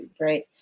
right